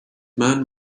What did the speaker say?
man